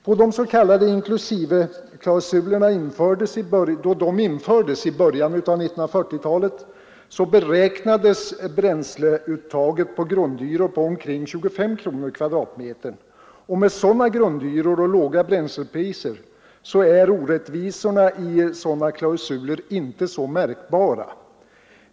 Då de s.k. inklusiveklausulerna infördes i början av 1940-talet beräknades bränsleuttaget på grundhyror till omkring 25 kronor per kvadratmeter, och med sådana grundhyror och låga bränslepriser är orättvisorna i klausulerna inte så märkbara.